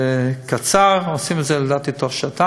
זה קצר, ולדעתי, עושים את זה תוך שעתיים,